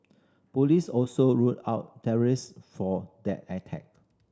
police also ruled out for that attack